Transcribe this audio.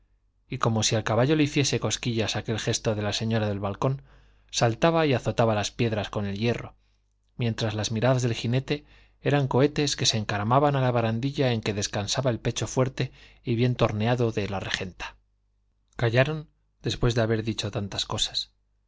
y como si al caballo le hiciese cosquillas aquel gesto de la señora del balcón saltaba y azotaba las piedras con el hierro mientras las miradas del jinete eran cohetes que se encaramaban a la barandilla en que descansaba el pecho fuerte y bien torneado de la regenta callaron después de haber dicho tantas cosas